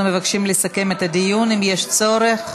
אנחנו מבקשים לסכם את הדיון, אם יש צורך.